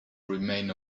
remain